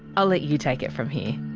i'll let you take it from here.